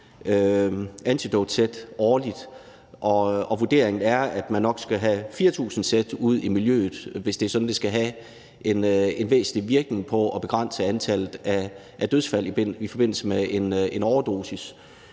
Antidotesæt årligt. Og vurderingen er, at man nok skal have 4.000 sæt ud i miljøet, hvis det skal have en væsentlig virkning i forhold til at begrænse antallet af dødsfald i forbindelse med en overdosis.